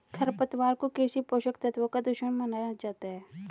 खरपतवार को कृषि पोषक तत्वों का दुश्मन माना जाता है